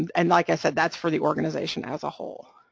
and, like i said, that's for the organization as a whole.